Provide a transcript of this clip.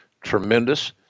tremendous